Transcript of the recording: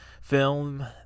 film